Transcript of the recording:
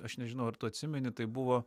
aš nežinau ar tu atsimeni tai buvo